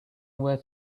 away